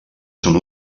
són